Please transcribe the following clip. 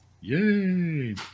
Yay